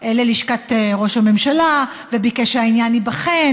ללשכת ראש הממשלה וביקש שהעניין ייבחן,